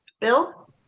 Bill